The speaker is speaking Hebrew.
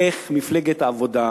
איך מפלגת העבודה,